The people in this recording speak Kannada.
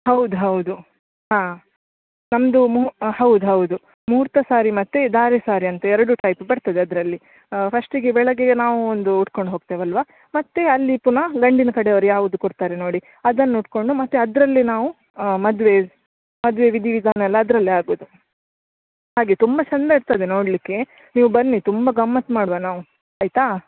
ಹೌದು ಹೌದು ಹಾಂ ನಮ್ಮದು ಮೂ ಹೌದು ಹೌದು ಮೂರ್ತ ಸಾರಿ ಮತ್ತೆ ಧಾರೆ ಸಾರಿ ಅಂತ ಎರಡು ಟೈಪ್ ಬರ್ತದೆ ಅದರಲ್ಲಿ ಹಾಂ ಫರ್ಸ್ಟಿಗೆ ಬೆಳಿಗ್ಗೆ ನಾವೊಂದು ಉಟ್ಕಂಡು ಹೋಗ್ತೇವೆ ಅಲ್ವಾ ಮತ್ತೆ ಅಲ್ಲಿ ಪುನ ಗಂಡಿನ ಕಡೆಯವರು ಯಾವುದು ಕೊಡ್ತಾರೆ ನೋಡಿ ಅದನ್ನು ಉಟ್ಕೊಂಡು ಮತ್ತೆ ಅದರಲ್ಲಿ ನಾವು ಮದುವೆ ಮದುವೆ ವಿಧಿ ವಿಧಾನ ಎಲ್ಲಾ ಅದರಲ್ಲೇ ಆಗೋದು ಹಾಗೇ ತುಂಬಾ ಚಂದ ಇರ್ತದೆ ನೋಡ್ಲಿಕ್ಕೆ ನೀವು ಬನ್ನಿ ತುಂಬ ಗಮ್ಮತ್ತು ಮಾಡುವಾ ನಾವು ಆಯಿತಾ